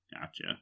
Gotcha